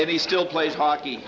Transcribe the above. and he still plays hockey